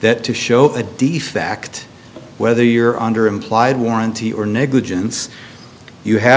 that to show a defect whether you're under implied warranty or negligence you have